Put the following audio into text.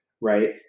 right